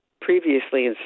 previously